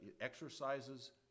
exercises